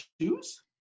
shoes